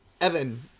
Evan